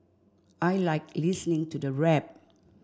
I like listening to the rap